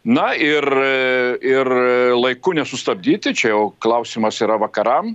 na ir ir laiku nesustabdyti čia jau klausimas yra vakaram